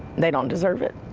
they don't deserve it.